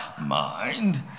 mind